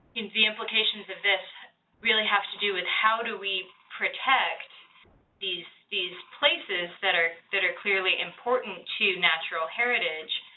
the implications of this really have to do with how do we protect these these places that are that are clearly important to natural heritage,